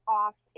off